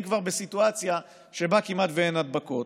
כבר בסיטואציה שבה כמעט ואין הדבקות.